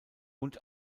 und